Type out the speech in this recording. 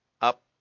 Up